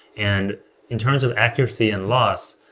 and in terms of accuracy and loss,